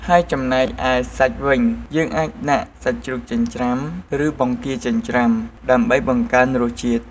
ហើយចំណែកឯសាច់វិញ យើងអាចដាក់ សាច់ជ្រូកចិញ្ច្រាំ ឬ បង្គាចិញ្ច្រាំ ដើម្បីបង្កើនរសជាតិ។